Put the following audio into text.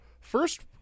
First